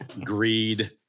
greed